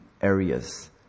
areas